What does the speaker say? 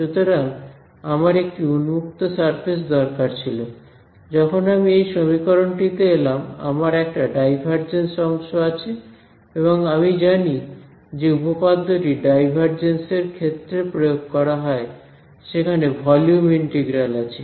সুতরাং আমার একটি উন্মুক্ত সারফেস দরকার ছিল যখন আমি এই সমীকরণটি তে এলাম আমার একটা ডাইভারজেন্স অংশ আছে এবং আমি জানি যে উপপাদ্যটি ডাইভারজেন্স এর ক্ষেত্রে প্রয়োগ করা হয় সেখানে ভলিউম ইন্টিগ্রাল আছে